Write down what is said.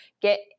get